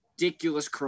Ridiculous